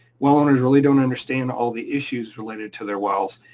well owners really don't understand all the issues related to their wells.